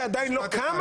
או ועדה שעדיין לא קמה,